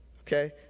Okay